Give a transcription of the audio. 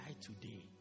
today